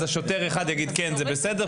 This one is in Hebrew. שוטר אחד יגיד שזה בסדר,